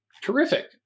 Terrific